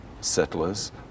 settlers